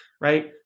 right